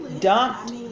dumped